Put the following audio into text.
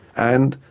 and,